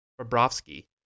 Bobrovsky